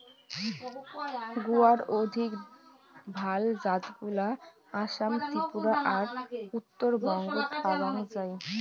গুয়ার অধিক ভাল জাতগুলা আসাম, ত্রিপুরা আর উত্তরবঙ্গত পাওয়াং যাই